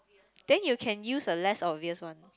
then you can use the less obvious one